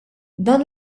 dan